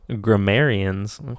grammarians